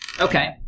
Okay